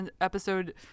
episode